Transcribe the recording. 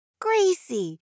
Gracie